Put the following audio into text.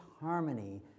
harmony